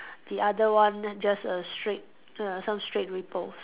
the other one just a straight err some straight ripples